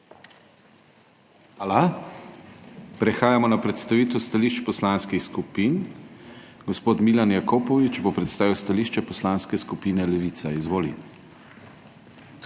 Hvala. Prehajamo na predstavitev stališč poslanskih skupin. Gospod Milan Jakopovič bo predstavil stališče Poslanske skupine Levica. Izvoli.